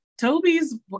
Toby's